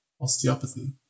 Osteopathy